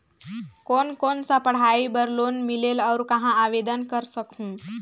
कोन कोन सा पढ़ाई बर लोन मिलेल और कहाँ आवेदन कर सकहुं?